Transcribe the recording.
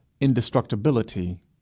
indestructibility